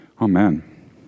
Amen